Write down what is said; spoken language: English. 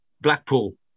Blackpool